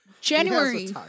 January